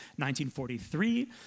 1943